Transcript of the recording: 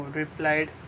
replied